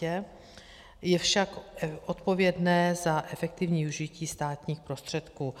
Je však odpovědné za efektivní využití státních prostředků.